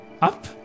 up